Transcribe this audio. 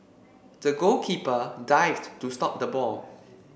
the goalkeeper dived to stop the ball